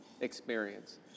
experience